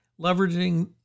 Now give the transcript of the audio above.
leveraging